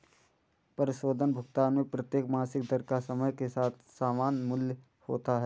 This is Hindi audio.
परिशोधन भुगतान में प्रत्येक मासिक दर का समय के साथ समान मूल्य होता है